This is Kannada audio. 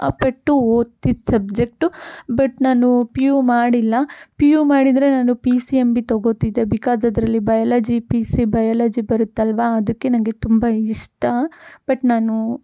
ಪಟ್ಟು ಓದ್ತಿದ್ದ ಸಬ್ಜೆಕ್ಟು ಬಟ್ ನಾನು ಪಿ ಯು ಮಾಡಿಲ್ಲ ಪಿ ಯು ಮಾಡಿದ್ರೆ ನಾನು ಪಿ ಸಿ ಎಂ ಬಿ ತಗೋತಿದ್ದೆ ಬಿಕಾಸ್ ಅದರಲ್ಲಿ ಬಯಲಜಿ ಪಿ ಸಿ ಬಯಲಜಿ ಬರುತ್ತಲ್ವಾ ಅದಕ್ಕೆ ನನಗೆ ತುಂಬ ಇಷ್ಟ ಬಟ್ ನಾನು